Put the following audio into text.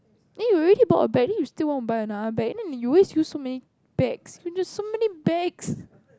then you already bought a bag then you still want buy another bag then you always use so many bags you just so many bags